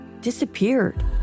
disappeared